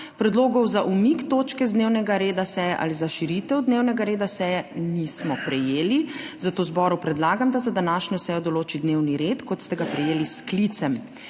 Predlogov za umik točke z dnevnega reda seje ali za širitev dnevnega reda seje nismo prejeli, zato zboru predlagam, da za današnjo sejo določi dnevni red, kot ste ga prejeli s sklicem.